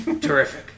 Terrific